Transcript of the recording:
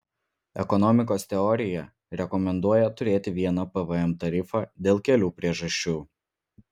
ekonomikos teorija rekomenduoja turėti vieną pvm tarifą dėl kelių priežasčių